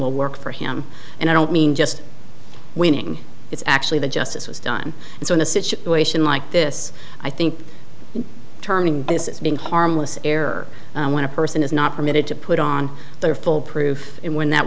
will work for him and i don't mean just winning it's actually that justice was done and so in a situation like this i think terming it's been harmless error when a person is not permitted to put on their full proof and when that